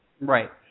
Right